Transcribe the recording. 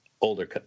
older